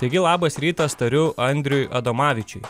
taigi labas rytas tariu andriui adomavičiui